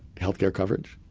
health care coverage.